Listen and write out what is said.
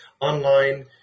online